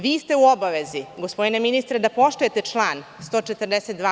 Vi ste u obavezi, gospodine ministre, da poštujete član 142.